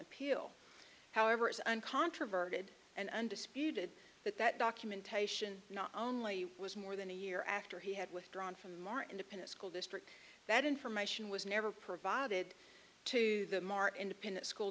appeal however is uncontroverted and undisputed that that documentation not only was more than a year after he had withdrawn from our independent school district that information was never provided to them our independent school